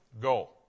go